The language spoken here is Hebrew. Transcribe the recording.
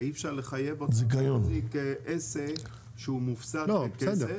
אי אפשר לחייב להחזיק עסק שהוא מופסד בכסף.